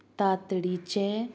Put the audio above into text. तातडीचें